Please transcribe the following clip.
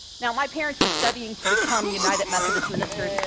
now, my parents were studying to become united methodist ministers,